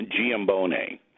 Giambone